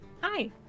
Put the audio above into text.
Hi